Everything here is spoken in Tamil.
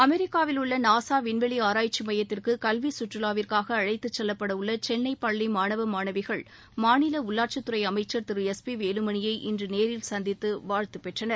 அமெரிக்காவில் உள்ள நாசா விண்வெளி ஆராய்ச்சி மையத்திற்கு கல்வி சுற்றுலாவிற்காக அழைத்து செல்லப்பட உள்ள சென்னை பள்ளி மாணவ மாணவிகள் மாநில உள்ளாட்சித்துறை அமைச்சர் திரு எஸ் பி வேலுமணியை இன்று நேரில் சந்தித்து வாழ்த்து பெற்றனர்